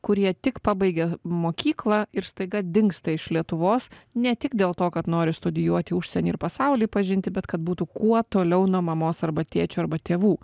kurie tik pabaigia mokyklą ir staiga dingsta iš lietuvos ne tik dėl to kad nori studijuoti užsieny ir pasaulį pažinti bet kad būtų kuo toliau nuo mamos arba tėčio arba tėvų